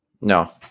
No